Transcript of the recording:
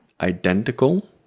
identical